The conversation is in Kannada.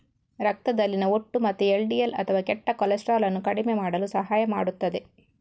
ರಕ್ತದಲ್ಲಿನ ಒಟ್ಟು ಮತ್ತು ಎಲ್.ಡಿ.ಎಲ್ ಅಥವಾ ಕೆಟ್ಟ ಕೊಲೆಸ್ಟ್ರಾಲ್ ಅನ್ನು ಕಡಿಮೆ ಮಾಡಲು ಸಹಾಯ ಮಾಡುತ್ತದೆ